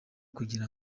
kugira